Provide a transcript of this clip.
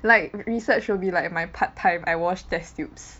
like research will be like my part-time I wash test tubes